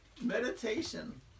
meditation